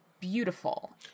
beautiful